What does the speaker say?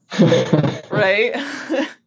right